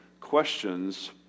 questions